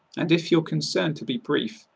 and if you're concerned to be brief,